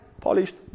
polished